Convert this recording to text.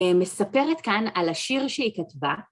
מספרת כאן על השיר שהיא כתבה.